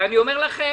אני אומר לכם